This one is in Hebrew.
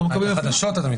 את החדשות אתה מתכוון.